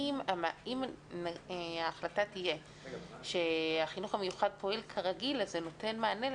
אם ההחלטה תהיה שהחינוך המיוחד פועל כרגיל אז זה נותן לכך מענה,